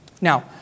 Now